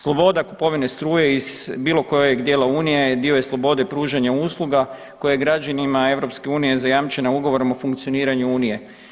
Sloboda kupovine struje iz bilo kojeg dijela Unije, dio je slobode pružanja usluga koje građanima EU zajamčena Ugovorom o funkcioniranju Unije.